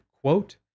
quote